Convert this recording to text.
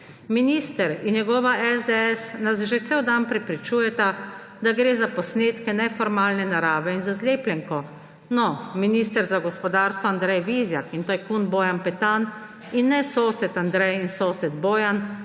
Minister in njegova SDS nas že cel dan prepričujeta, da gre za posnetke neformalne narave in za zlepljenko. No, minister za gospodarstvo Andrej Vizjak in tajkun Bojan Petan in ne sosed Andrej in sosed Bojan